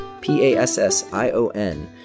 P-A-S-S-I-O-N